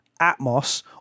Atmos